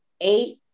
eight